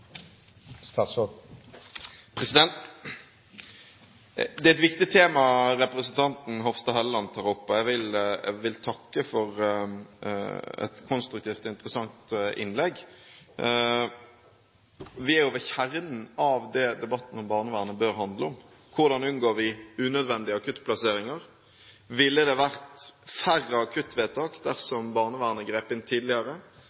et viktig tema representanten Hofstad Helleland tar opp, og jeg vil takke for et konstruktivt og interessant innlegg. Vi er ved kjernen av det debatten om barnevernet bør handle om – hvordan unngår vi unødvendige akuttplasseringer? Ville det ha vært færre akuttvedtak dersom barnevernet grep inn tidligere?